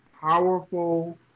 powerful